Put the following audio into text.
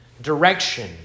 direction